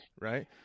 right